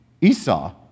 Esau